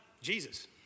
Jesus